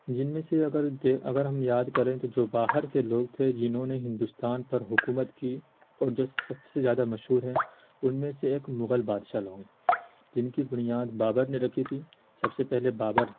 جن میں سے اگر اگر ہم یاد کریں تو جو باہر کے لوگ تھے جنہوں نے ہندوستان پر حکومت کی اور جو سب سے زیادہ مشہور ہیں ان میں سے ایک مغل بادشاہ لوگ ہیں جن کی بنیاد بابر نے رکھی تھی سب سے پہلے بابر